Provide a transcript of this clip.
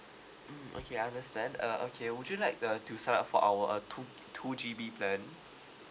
mm okay understand uh okay would you like uh to sign up for our uh two two G_B plan